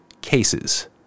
cases